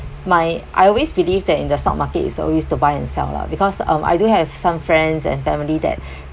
my I always believe that in the stock market it's always to buy and sell lah because um I do have some friends and family that